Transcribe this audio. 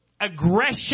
aggression